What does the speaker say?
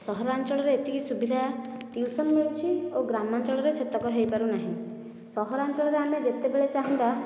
ସହରାଞ୍ଚଳରେ ଏତିକି ସୁବିଧା ଟିଉସନ ମିଳୁଛି ଓ ଗ୍ରାମାଞ୍ଚଳରେ ସେତକ ହୋଇ ପାରୁ ନାହିଁ ସହରାଞ୍ଚଳରେ ଆମେ ଯେତେବେଳେ ଚାହିଁବା